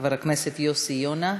חבר הכנסת יוסי יונה.